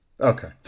Okay